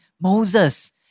Moses